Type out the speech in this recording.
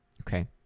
okay